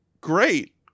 great